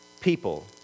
people